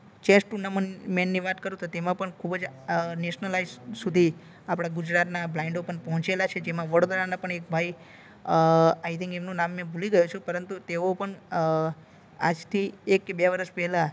chess ટુર્નામન મેનની વાત કરું તો તેમાં પણ ખૂબ જ નેશનલાઈઝ સુધી આપણાં ગુજરાતના બ્લાઇન્ડો પણ પહોંચેલા છે જેમાં વડોદરાના પણ એક ભાઈ આઈ થિંક એમનું નામ મેં ભૂલી ગયો છું પરંતુ તેઓ પણ આજથી એક કે બે વરસ પહેલાં